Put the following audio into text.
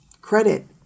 credit